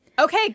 Okay